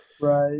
Right